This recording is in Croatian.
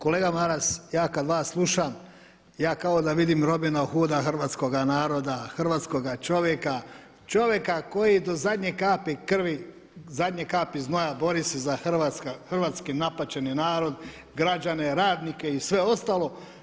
Kolega Maras, ja kad vas slušam ja kao da vidim Robina Huda hrvatskoga naroda, hrvatskoga čovjeka, čovjeka koji do zadnje kapi krvi, zadnje kapi znoja bori se za hrvatski napačeni narod, građane, radnike i sve ostalo.